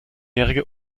jährige